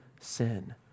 sin